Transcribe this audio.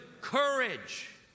courage